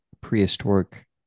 prehistoric